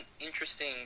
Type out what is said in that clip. interesting